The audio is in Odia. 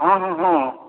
ହଁ ହଁ ହଁ